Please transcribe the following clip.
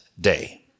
Day